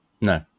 No